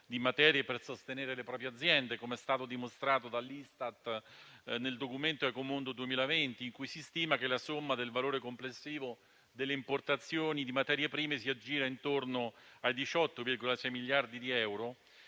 di materie per sostenere le proprie aziende, come è stato dimostrato dall'Istat nel documento Ecomondo 2020, in cui si stima che la somma del valore complessivo delle importazioni di materie prime si aggira intorno ai 18,6 miliardi di euro;